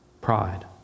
Pride